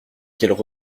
qu’elles